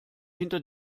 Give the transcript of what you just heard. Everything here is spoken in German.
hinter